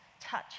touch